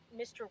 Mr